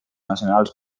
nacionals